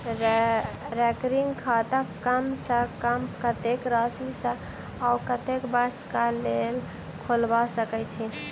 recurring खाता कम सँ कम कत्तेक राशि सऽ आ कत्तेक वर्ष कऽ लेल खोलबा सकय छी